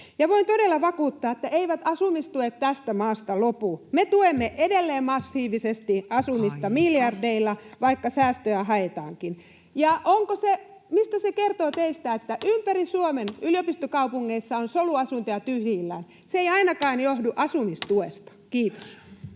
voin todella vakuuttaa, että eivät asumistuet tästä maasta lopu. Me tuemme edelleen asumista massiivisesti miljardeilla, [Puhemies: Aika!] vaikka säästöjä haetaankin. Ja mistä se kertoo teistä, että ympäri Suomen yliopistokaupungeissa on soluasuntoja tyhjillään? Se ei ainakaan johdu asumistuesta. — Kiitos.